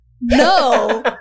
No